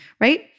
right